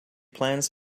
plans